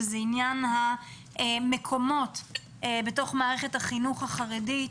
וזה עניין המקומות בתוך מערכת החינוך החרדית